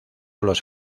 los